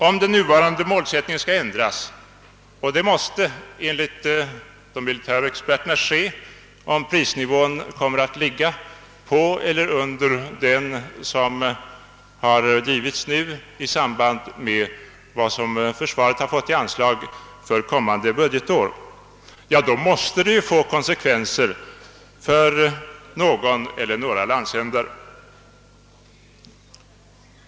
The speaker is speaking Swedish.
Om den nuvarande målsättningen skall ändras — och det är nödvändigt enligt de militära experterna, om prisnivån kommer att ligga på eller under den som nu har angivits i samband med försvarets anslag för kommande budgetår — måste detta få konsekvenser för någon eller några landsändar.